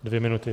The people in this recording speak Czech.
Dvě minuty.